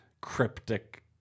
cryptic